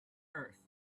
earth